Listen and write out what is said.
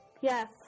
yes